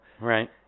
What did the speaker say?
Right